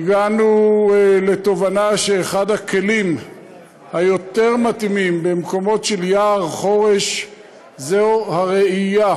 הגענו לתובנה שאחד הכלים היותר-מתאימים במקומות של יער חורש זה רעייה,